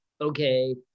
okay